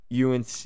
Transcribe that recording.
UNC